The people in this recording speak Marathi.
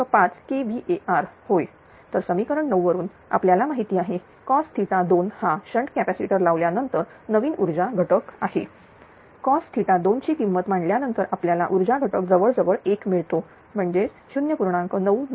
5 kVAr होय तर समीकरण 9 वरून आपल्याला माहिती आहे cos2 हा शंट कॅपॅसिटर लावल्यानंतर नवीन ऊर्जा घटक आहे cos2 PP2212 ची किंमत मांडल्यानंतर आपल्याला ऊर्जा घटक जवळ जवळ एक मिळतो म्हणजेच 0